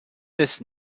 this